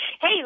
Hey